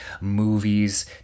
movies